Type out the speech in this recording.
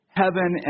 heaven